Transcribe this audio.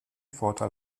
vorteil